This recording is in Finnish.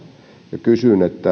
ja kysyn